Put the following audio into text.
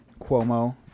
Cuomo